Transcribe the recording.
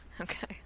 Okay